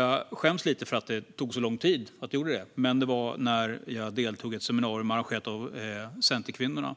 Jag skäms lite för att det tog så lång tid, men det var när jag deltog i ett seminarium som arrangerades av Centerkvinnorna